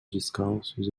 descalços